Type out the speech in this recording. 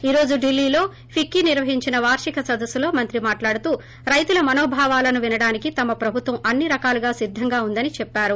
ఈ రోజు ఢిల్డీ లో ఫిక్కి నిర్వహించిన వార్షిక సదస్సు లో మంత్రి మాట్లాడుతూ రైతుల మనోభావాలను వినడానికి తమ పుభుత్వం అన్ని రకాలుగా సిద్దంగా ఉందని చెప్పారు